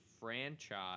franchise